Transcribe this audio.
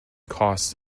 costs